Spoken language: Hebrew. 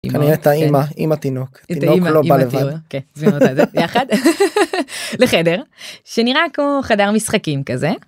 כנראה הייתה אמא עם התינוק, תינוק לא בא לבד, לחדר שנראה כמו חדר משחקים כזה.